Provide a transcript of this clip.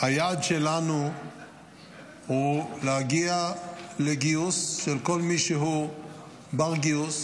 שהיעד שלנו הוא להגיע לגיוס של כל מי שהוא בר גיוס